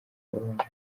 babanje